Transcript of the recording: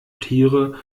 tiere